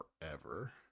forever